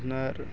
আপোনাৰ